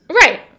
Right